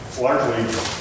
largely